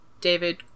david